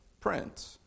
print